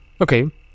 Okay